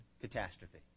catastrophe